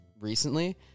recently